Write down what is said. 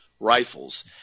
Rifles